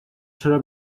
چرا